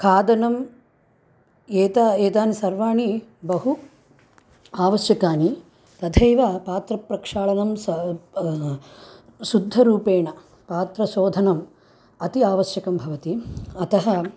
खादनं एतानि एतानि सर्वाणि बहु आवश्यकानि तथैव पात्रप्रक्षालनं सा पा शुद्धरूपेण पात्रशोधनं अति आवश्यकं भवति अतः